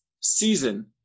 season